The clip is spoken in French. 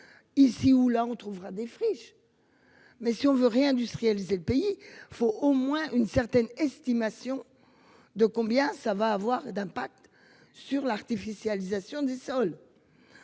Ici ou là on trouvera des friches. Mais si on veut réindustrialiser le pays, faut au moins une certaine estimation de combien ça va avoir d'impact sur l'artificialisation des sols.